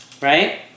right